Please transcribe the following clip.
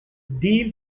deal